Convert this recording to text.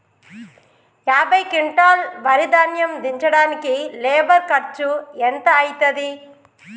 యాభై క్వింటాల్ వరి ధాన్యము దించడానికి లేబర్ ఖర్చు ఎంత అయితది?